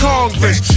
Congress